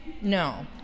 no